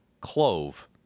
clove